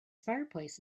fireplace